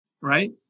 right